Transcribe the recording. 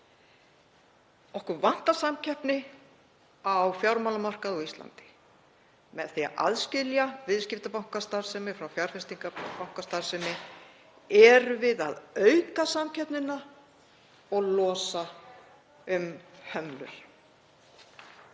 Okkur vantar samkeppni á fjármálamarkaði á Íslandi. Með því að aðskilja viðskiptabankastarfsemi frá fjárfestingarbankastarfsemi erum við að auka samkeppnina og losa um hömlur.